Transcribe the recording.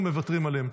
או מוותרים עליהן?